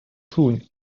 tun